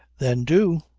then do.